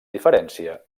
diferència